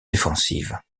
défensif